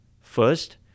First